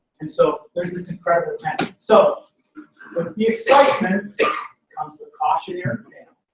and so there's this incredible trend. so with the excitement comes a cautionary tale.